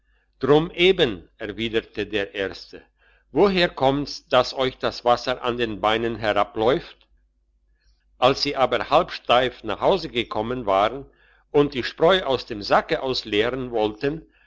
drum eben erwiderte der erste woher kommt's dass euch das wasser an den beinen herabläuft als sie aber halbsteif nach hause gekommen waren und die spreu aus dem sacke ausleeren wollten